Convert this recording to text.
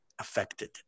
affected